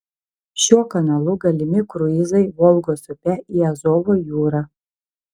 šiuo kanalu galimi kruizai volgos upe į azovo jūrą